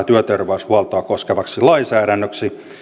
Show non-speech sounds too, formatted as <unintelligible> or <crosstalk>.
<unintelligible> työterveyshuoltoa koskevaan lainsäädäntöön